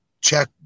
Check